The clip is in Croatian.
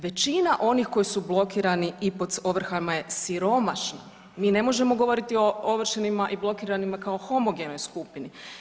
Većina onih koji su blokirani i pod ovrhama je siromašna, mi ne možemo govoriti o ovršenima i blokiranima kao homogenoj skupini.